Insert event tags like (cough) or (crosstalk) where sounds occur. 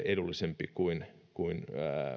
(unintelligible) edullisempi kuin